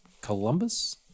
Columbus